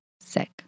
sick